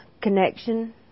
connection